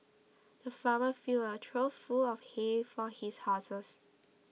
the farmer filled a trough full of hay for his horses